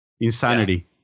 insanity